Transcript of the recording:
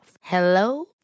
Hello